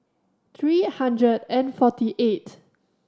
three hundred and forty eight